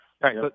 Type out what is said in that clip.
right